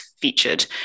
featured